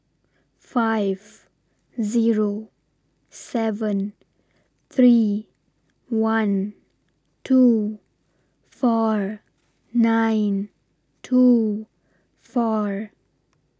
five Zero seven three one two four nine two four